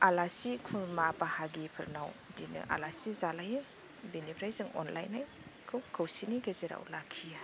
आलासि खुर्मा बाहागि फोरनाव बिदिनो आलासि जालायो बेनिफ्राय जों अनलायनायखौ खौसेनि गेजेराव लाखियो